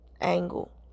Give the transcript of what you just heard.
angle